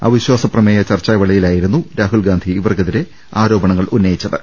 അവിശ്വാ സപ്രമേയ ചർച്ചാവേളയിലായിരുന്നു രാഹുൽ ഗാന്ധി ഇവർക്കെതിരെ ആരോപണങ്ങൾ ഉന്നയിച്ചത്